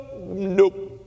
nope